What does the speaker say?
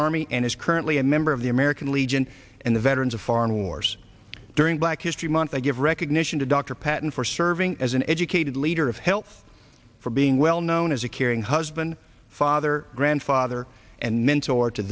army and is currently a member of the american legion and the veterans of foreign wars during black history month they give recognition to dr patton for serving as an educated leader of health for being well known as a caring husband father grandfather and mentor to